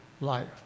life